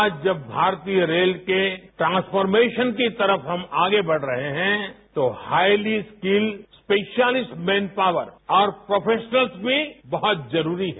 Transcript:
आज जब भारतीय रेल के ट्रांसफोर्मेशन की तरफ हम आगे बढ़ रहे हैं तो हाइली स्किल स्पेशलाइस्ड मैनपावर और प्रोफेशनल्स भी बहत जरूरी है